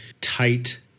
tight